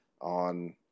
on